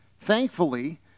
Thankfully